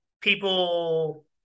people